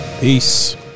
Peace